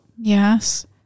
Yes